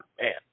Man